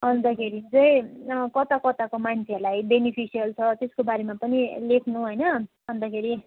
अन्तखेरि चाहिँ कताकताको मान्छेहरूलाई बेनिफिसयल छ त्यसको बारेमा पनि लेख्नु होइन अन्तखेरि